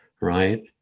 right